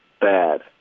bad